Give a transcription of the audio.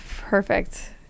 perfect